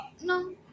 no